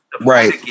Right